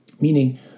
meaning